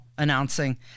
announcing